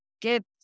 get